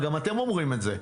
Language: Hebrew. גם אתם אומרים את זה.